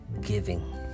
giving